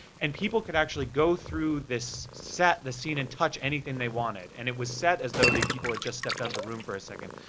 and people could actually go through this set, this scene and touch anything they wanted, and it was set as though the people had just stepped out of the room for a second.